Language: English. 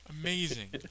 Amazing